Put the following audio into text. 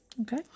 Okay